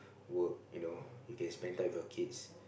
work you know you can spend time with your kids